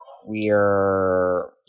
queer